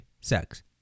sex